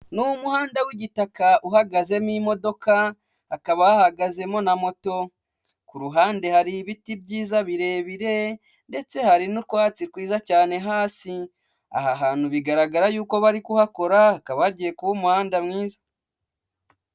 Ni umuhanda w'igitaka uhagazemo imodoka, hakaba hahagazemo na moto. Ku ruhande hari ibiti byiza birebire, ndetse hari n'utwatsi twiza cyane hasi. Aha hantu bigaragara yuko bari kuhakora, hakaba hagiye kuba umuhanda mwiza.